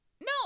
no